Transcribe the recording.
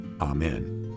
Amen